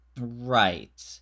Right